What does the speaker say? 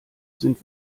sind